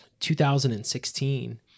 2016 –